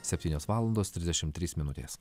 septynios valandos trisdešim trys minutės